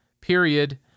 period